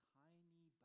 tiny